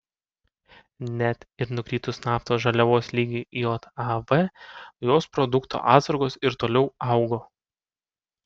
net ir nukritus naftos žaliavos lygiui jav jos produktų atsargos ir toliau augo